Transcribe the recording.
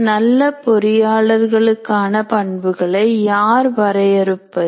நல்ல பொறியாளர்களுக்கான பண்புகளை யார் வரையறுப்பது